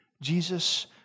Jesus